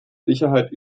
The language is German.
sicherheit